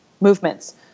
movements